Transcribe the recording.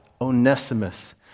Onesimus